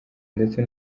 ndetse